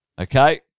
okay